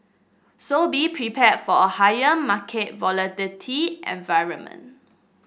so be prepared for a higher market volatility environment